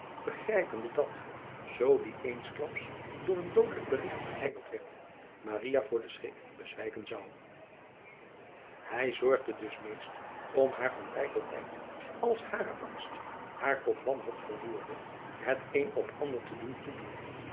begrijpende dat zoo die eensklaps door een doodelijk berigt verijdeld werd voor den schrik bezwijken zou ij zorgde dus meest om haar van tijd tot tijd als hare angst haar tot wanhoop vervoerde het een of ander te doen toedienen